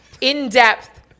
in-depth